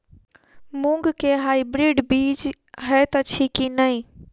मूँग केँ हाइब्रिड बीज हएत अछि की नै?